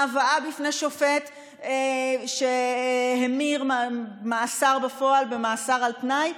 ההבאה בפני שופט שהמיר מאסר בפועל במאסר על תנאי,